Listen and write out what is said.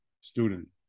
student